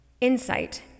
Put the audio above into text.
insight